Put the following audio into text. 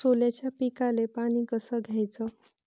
सोल्याच्या पिकाले पानी कस द्याचं?